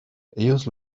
ellos